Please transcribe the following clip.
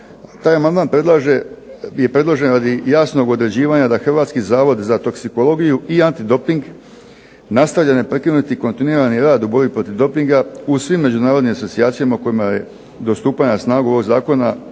Taj amandman je preložen radi jasnog određivanja da Hrvatski zavod za toksikologiju i antidoping nastavi neprekinuti kontinuirani rad u borbi protiv dopinga u svim međunarodnim asocijacijama kojima je do stupanja na snagu ovog zakona